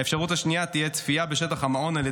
האפשרות השנייה תהיה צפייה בשטח המעון,